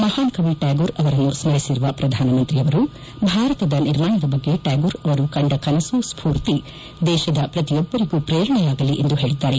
ಮಹಾನ್ ಕವಿ ಟ್ವಾಗೋರ್ ಅವರನ್ನು ಸ್ಮಿಸಿರುವ ಪ್ರಧಾನಮಂತ್ರಿಯವರು ಭಾರತದ ನಿರ್ಮಾಣದ ಬಗ್ಗೆ ಟ್ವಾಗೋರ್ ಅವರು ಕಂಡ ಕನಸು ಸ್ಪೂರ್ತಿ ದೇಶದ ಪ್ರತಿಯೊಬ್ಬರಿಗೂ ಪ್ರೇರಣೆಯಾಗಲಿ ಎಂದು ಪೇಳಿದ್ದಾರೆ